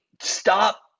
stop